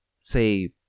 say